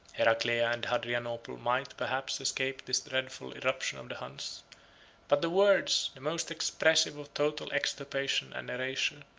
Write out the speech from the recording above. heraclea and hadrianople might, perhaps, escape this dreadful irruption of the huns but the words, the most expressive of total extirpation and erasure,